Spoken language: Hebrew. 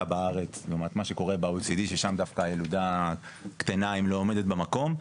בארץ לעומת מה שקורה ב-OECD ששם הילודה קטנה אם לא עומדת במקום.